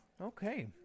Okay